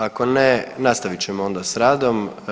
Ako ne, nastavit ćemo onda s radom.